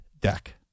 deck